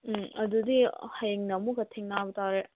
ꯎꯝ ꯑꯗꯨꯗꯤ ꯍꯌꯦꯡꯅ ꯑꯃꯨꯛꯀ ꯊꯦꯡꯅꯕ ꯇꯥꯔꯦ